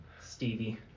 Stevie